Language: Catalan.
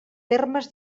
termes